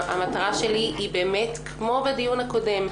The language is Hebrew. המטרה שלי היא כמו בדיון הקודם,